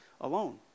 alone